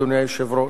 אדוני היושב-ראש,